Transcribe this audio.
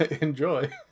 enjoy